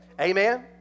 Amen